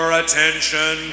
attention